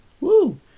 Woo